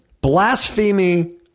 Blasphemy